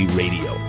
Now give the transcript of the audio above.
radio